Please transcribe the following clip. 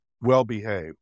well-behaved